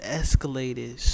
escalated